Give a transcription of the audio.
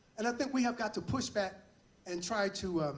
and i think we have got to push back and try to